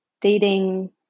dating